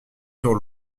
sur